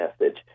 message